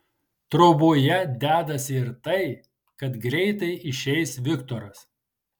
troboje dedasi ir tai kad greitai išeis viktoras